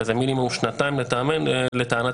שזה מינימום שנתיים לטענתנו,